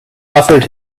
offered